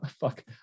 fuck